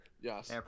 Yes